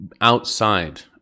outside